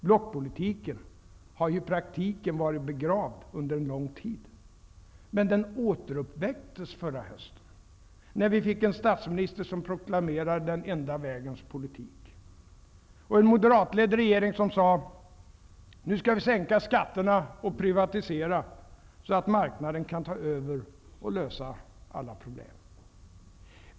Blockpolitiken har i praktiken varit begravd under lång tid, men den återuppväcktes förra hösten när vi fick en statsminister som proklamerade den enda vägens politik och en moderatledd regering som sade att vi nu skall sänka skatterna och privatisera så att marknaden kan ta över och lösa alla problem.